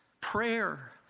Prayer